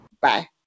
Bye